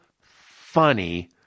funny